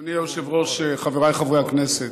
אדוני היושב-ראש, חבריי חברי הכנסת,